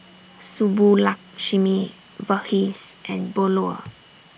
Subbulakshmi Verghese and Bellur